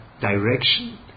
direction